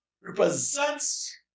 represents